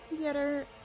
Theater